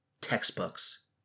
textbooks